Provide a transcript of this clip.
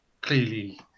clearly